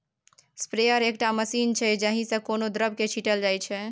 sprayer एकटा machine छै जाहि सँ कोनो द्रब केँ छीटल जाइ छै